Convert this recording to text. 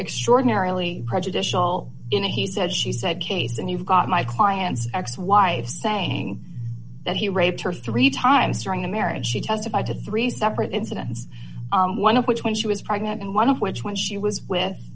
extraordinarily prejudicial in a he said she said case and you've got my client's ex wife saying that he raped her three times during the marriage she testified to three separate incidents one of which when she was pregnant and one of which when she was